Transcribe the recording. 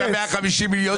הצבעה אושרה רוויזיה.